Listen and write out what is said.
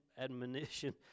admonition